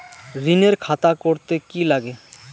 ঋণের খাতা করতে কি লাগে?